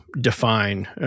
define